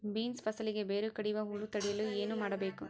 Beans ಫಸಲಿಗೆ ಬೇರು ಕಡಿಯುವ ಹುಳು ತಡೆಯಲು ಏನು ಮಾಡಬೇಕು?